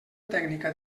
tècnica